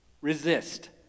Resist